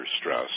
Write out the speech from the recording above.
stress